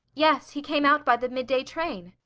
yes. he came out by the mid-day train.